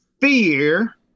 fear